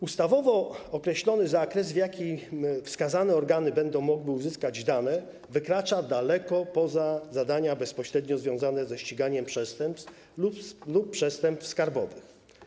Ustawowo określony zakres, w jakim wskazane organy będą mogły uzyskać dane, wykracza daleko poza zadania bezpośrednio związane ze ściganiem przestępstw lub przestępstw skarbowych.